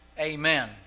amen